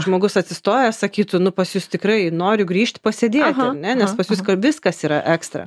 žmogus atsistojęs sakytų nu pas jus tikrai noriu grįžti pasėdėti ane nes pas jus viskas yra ekstra